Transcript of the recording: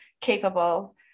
capable